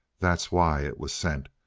that's why it was sent.